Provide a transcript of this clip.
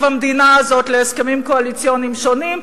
המדינה הזאת על הסכמים קואליציוניים שונים.